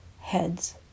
heads